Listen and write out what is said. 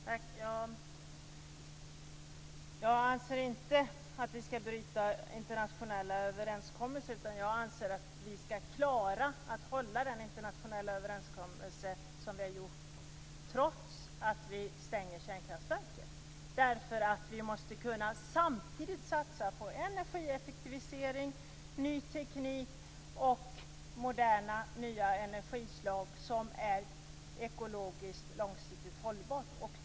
Fru talman! Jag anser inte att vi ska bryta internationella överenskommelser, utan jag anser att vi ska klara att hålla den internationella överenskommelse som vi har träffat, trots att vi stänger kärnkraftverken. Vi måste samtidigt satsa på energieffektivisering, ny teknik och moderna nya energislag som är ekologiskt och långsiktigt hållbara.